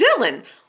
Dylan